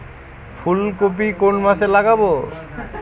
ফুলকপি কোন মাসে লাগাবো?